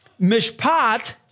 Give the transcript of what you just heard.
mishpat